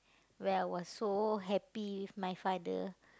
where I was so happy with my father